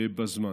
בזמן.